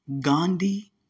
Gandhi